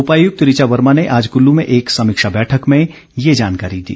उपायुक्त ऋचा वर्मा ने आज कुल्लू में एक समीक्षा बैठक में ये जानकारी दी